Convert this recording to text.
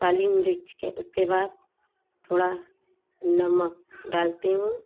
काली मिर्च के उसके बाद थोड़ा नमक डालती हूँ